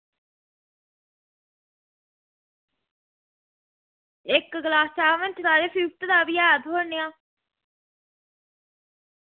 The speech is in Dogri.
इक्क क्लॉसै दा ते फिफ्थ दा बी ऐ थोह्ड़ा निहा